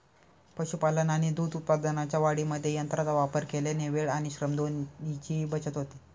पशुपालन आणि दूध उत्पादनाच्या वाढीमध्ये यंत्रांचा वापर केल्याने वेळ आणि श्रम दोन्हीची बचत होते